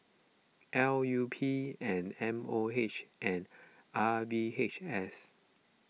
L U P and M O H and R V H S